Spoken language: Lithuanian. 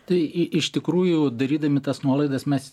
tai iš tikrųjų darydami tas nuolaidas mes